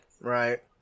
Right